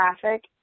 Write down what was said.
traffic